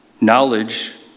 Knowledge